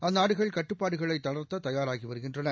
அந்நாடுகள் கட்டுப்பாடுகளை தளர்த்த தயாராகி வருகின்றன